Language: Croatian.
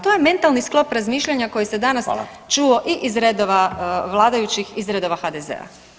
To je mentalni sklop razmišljanja koji se danas čuo i iz redova vladajućih, iz redova HDZ-a.